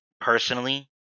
personally